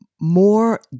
more